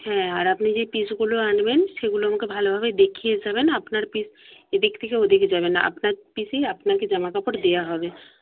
হ্যাঁ আর আপনি যেই পিসগুলো আনবেন সেগুলো আমাকে ভালোভাবে দেখিয়ে যাবেন আপনার পিস এদিক থেকে ওদিকে যাবে না আপনার পিসেই আপনাকে জামাকাপড় দেওয়া হবে